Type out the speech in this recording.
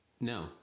No